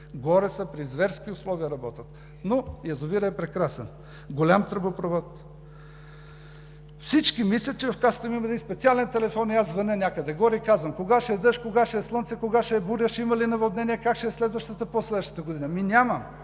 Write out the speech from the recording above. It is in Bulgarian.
Горе са – при зверски условия работят. Но язовирът е прекрасен! Голям тръбопровод. Всички мислят, че в касата имам един специален телефон и аз звъня някъде горе и казвам: кога ще е дъжд? Кога ще е слънце? Кога ще е буря? Ще има ли наводнение? Как ще е следващата, по-следващата година? Ами няма,